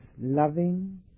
loving